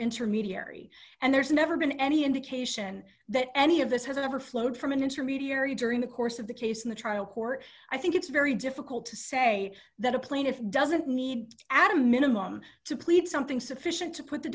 intermediary and there's never been any indication that any of this has ever flowed from an intermediary during the course of the case in the trial court i think it's very difficult to say that a plaintiff doesn't need add a minimum to plead something sufficient to put the